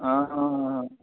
অঁ অঁ